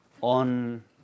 on